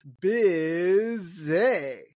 busy